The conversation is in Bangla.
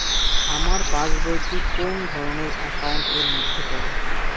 আমার পাশ বই টি কোন ধরণের একাউন্ট এর মধ্যে পড়ে?